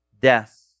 Death